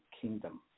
kingdom